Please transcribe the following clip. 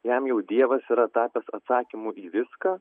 jam jau dievas yra tapęs atsakymu į viską